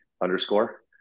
underscore